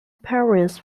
parents